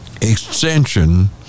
extension